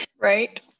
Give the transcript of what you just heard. right